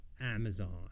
Amazon